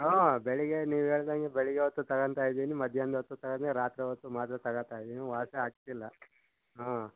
ಹಾಂ ಬೆಳಿಗ್ಗೆ ನೀವು ಹೇಳಿದಂಗೆ ಬೆಳಿಗ್ಗೆ ಹೊತ್ತು ತಗೊಂತಾಯಿದೀನಿ ಮಧ್ಯಾಹ್ನದ ಹೊತ್ತು ತಗಂಡೆ ರಾತ್ರಿ ಹೊತ್ತು ಮಾತ್ರೆ ತಗಳ್ತಾಯಿದೀನಿ ವಾಸಿ ಆಗ್ತಿಲ್ಲ ಹಾಂ